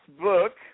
book